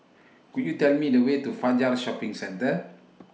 Could YOU Tell Me The Way to Fajar Shopping Centre